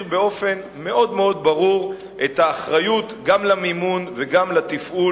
באופן מאוד מאוד ברור את האחריות גם למימון וגם לתפעול